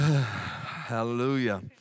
Hallelujah